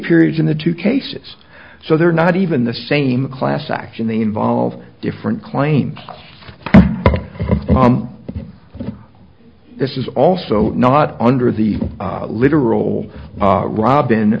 periods in the two cases so they're not even the same class action they involve different claims this is also not under the literal robin